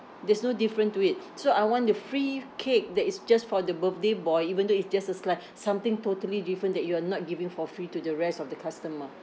there's no difference to it so I want the free cake that is just for the birthday boy even though it's just a slice something totally different that you are not giving for free to the rest of the customer